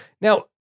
Now